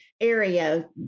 area